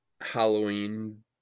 Halloween